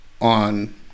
on